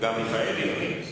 וגם מיכאלי.